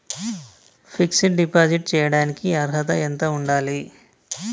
Fix డ్ deposit చేయటానికి అర్హత ఎంత ఉండాలి?